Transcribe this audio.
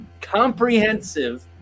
comprehensive